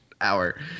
hour